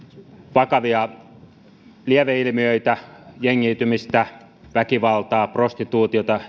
vakavia lieveilmiöitä jengiytymistä väkivaltaa prostituutiota